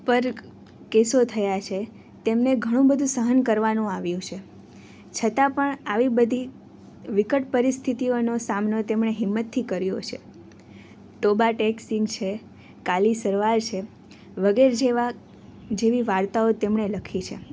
પર કેસો થયા છે તેમને ઘણું બધુ સહન કરવાનું આવ્યું છે છતાં પણ આવી બધી વિકટ પરિસ્થિતિઓનો સામનો તેમણે હિંમતથી કર્યો છે તોબા ટેક સિંઘ છે કાલી સલવાર છે વગેેરે જેવા જેવી વાર્તાઓ તેમણે લખી છે